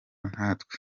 nkatwe